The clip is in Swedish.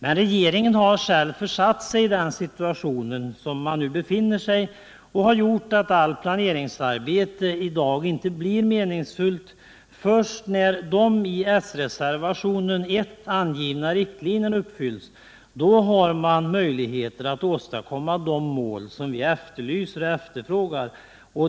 Men regeringen har själv försatt sig i den situation den befinner sig i, vilket medfört att allt planeringsarbete i dag inte blir meningsfullt. Först när de i reservationen I angivna riktlinjerna uppfylls finns det möjligheter att uppnå de mål viefterfrågar.